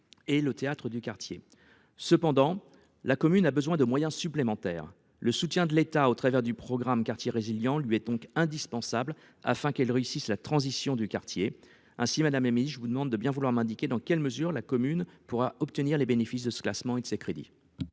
et le théâtre du quartier. Cependant, la commune a besoin de moyens supplémentaires. Le soutien de l'État au travers du programme « quartiers résilients » lui est donc indispensable, afin qu'elle réussisse la transition du quartier. Ainsi, madame la secrétaire d'État, je vous demande de bien vouloir m'indiquer dans quelles mesures la commune du Petit-Quevilly pourra obtenir les bénéfices de ce classement et de ces crédits.